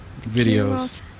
Videos